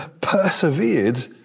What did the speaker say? persevered